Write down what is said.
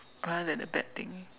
rather than the bad thing